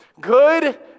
Good